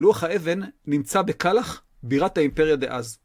לוח האבן נמצא בכלח, בירת האימפריה דאז.